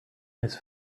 his